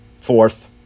fourth